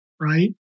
right